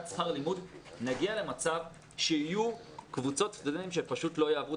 שכר לימוד נגיע למצב שיהיו קבוצות סטודנטים שפשוט לא יעברו